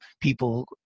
people